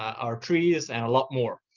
our trees, and a lot more.